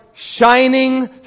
shining